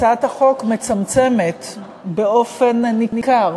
הצעת החוק מצמצמת באופן ניכר